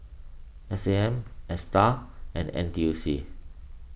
S A M Astar and N T U C